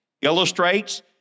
illustrates